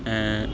ऐं